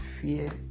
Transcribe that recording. fear